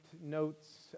notes